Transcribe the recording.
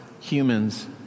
humans